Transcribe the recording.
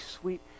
sweet